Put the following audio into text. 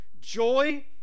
Joy